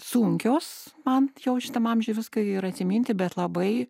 sunkios man jau šitam amžiui viską ir atsiminti bet labai